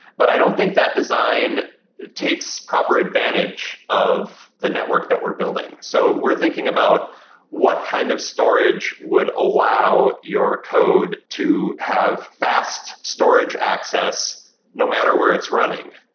but i don't think that design takes proper advantage of the network that we're building. so we're thinking about what kind of storage would allow your code to have fast storage access no matter where it's running,